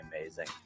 amazing